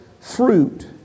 fruit